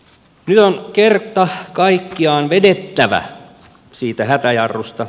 nyt on kerta kaikkiaan vedettävä siitä hätäjarrusta